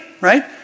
right